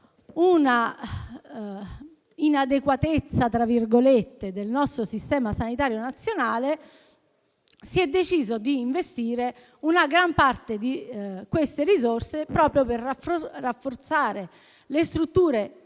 era l'inadeguatezza del nostro sistema sanitario nazionale, si è deciso di investire una gran parte delle risorse proprio per rafforzare le strutture